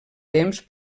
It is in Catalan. temps